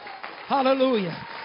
Hallelujah